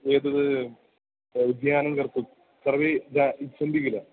एतद् उद्यानं कर्तुं सर्वे जा इच्छन्ति किल